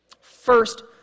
First